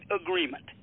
agreement